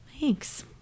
Thanks